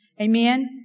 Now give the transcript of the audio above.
Amen